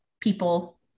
people